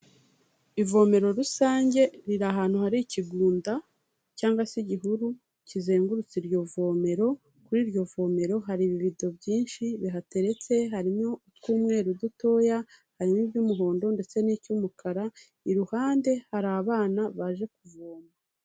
Ivomero rusange riri ahantu hari ikigunda cyangwag se igihuru kizengurutse iryo vomero, kuri iryo vomero hari ibivido byinshi bihateretse, harimo utw'umweru dutoya, harimo iby'umuhondo ndetse n'icy'umukara, iruhande hari abana baje kuvoma.